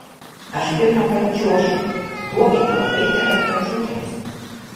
aš pirmąkart čiuošiu duokite labai geras pačiūžas